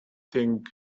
thing